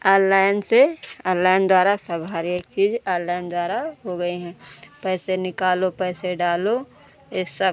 online से online द्वारा सब हर एक चीज़ ऑनलाइन द्वारा हो गई है पैसे निकालो पैसे डालो यह सब